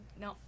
No